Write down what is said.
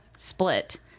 split